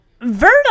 Verna